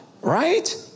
Right